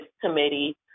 committee